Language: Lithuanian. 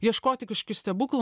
ieškoti kažkokių stebuklų